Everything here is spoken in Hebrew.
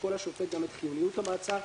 ישקול השופט גם את חיוניות המעצר,